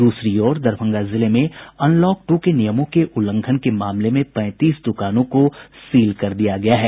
द्रसरी ओर दरभंगा जिले में अनलॉक टू के नियमों के उल्लंघन के मामले में पैंतीस दुकानों को सील कर दिया गया है